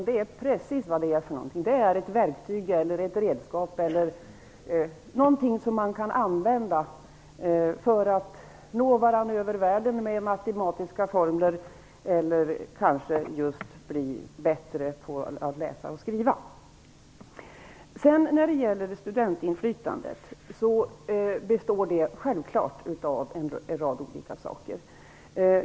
Det är ett verktyg, ett redskap, något som vi kan använda för att nå varandra över världen genom matematiska formler eller genom att bli bättre på att läsa och skriva. Studentinflytandet består självklart av en rad olika saker.